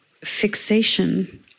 fixation